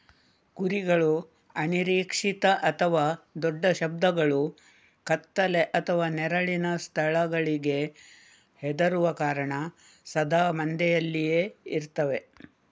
ಕುರಿಗಳು ಅನಿರೀಕ್ಷಿತ ಅಥವಾ ದೊಡ್ಡ ಶಬ್ದಗಳು, ಕತ್ತಲೆ ಅಥವಾ ನೆರಳಿನ ಸ್ಥಳಗಳಿಗೆ ಹೆದರುವ ಕಾರಣ ಸದಾ ಮಂದೆಯಲ್ಲಿಯೇ ಇರ್ತವೆ